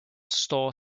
store